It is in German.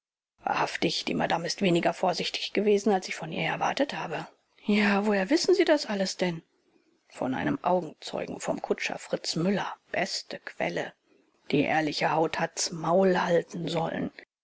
wahrhaftig die madame ist weniger vorsichtig gewesen als ich von ihr erwartet habe ja woher wissen sie das alles denn von einem augenzeugen vom kutscher fritz müller beste quelle die ehrliche haut hat's maul halten sollen